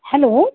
hello